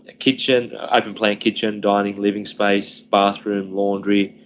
ah kitchen i can play in kitchen, dining, living space, bathroom, laundry.